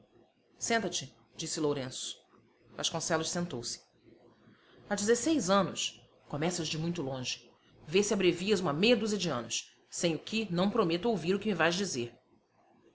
disse lourenço vasconcelos sentou-se há dezesseis anos começas de muito longe vê se abrevias uma meia dúzia de anos sem o que não prometo ouvir o que me vais dizer